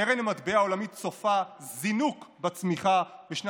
וקרן המטבע העולמית צופה זינוק בצמיחה בשנים